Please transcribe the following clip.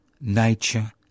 nature